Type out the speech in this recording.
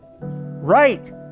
right